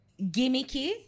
gimmicky